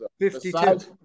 52